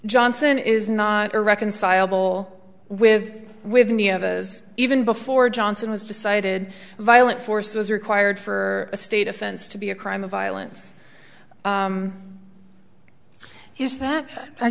johnson is not irreconcilable with with any of it as even before johnson was decided violent force was required for a state offense to be a crime of violence is that i